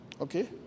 okay